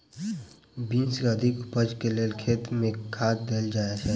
Beans केँ अधिक उपज केँ लेल खेत मे केँ खाद देल जाए छैय?